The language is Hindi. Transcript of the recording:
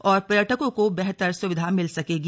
और पर्यटकों को बेहतर सुविधा मिल सकेगी